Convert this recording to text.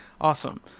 Awesome